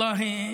ואללה,